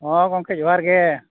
ᱦᱮᱸ ᱜᱚᱝᱠᱮ ᱡᱚᱸᱦᱟᱨᱜᱮ